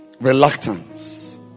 reluctance